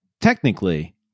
technically